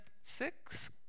six